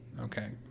okay